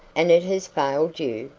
and it has failed you?